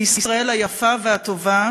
כי ישראל היפה והטובה,